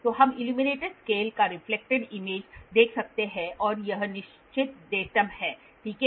तो हम illuminated scale का रिफ्लेक्टेड इमेज देख सकते हैं और यह निश्चित डेटाम है ठीक है